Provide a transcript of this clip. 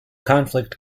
conflict